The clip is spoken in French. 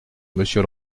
monsieur